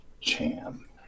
cham